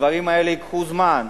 הדברים האלה ייקחו זמן.